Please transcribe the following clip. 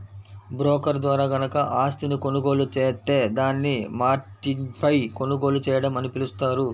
broker ద్వారా గనక ఆస్తిని కొనుగోలు జేత్తే దాన్ని మార్జిన్పై కొనుగోలు చేయడం అని పిలుస్తారు